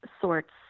sorts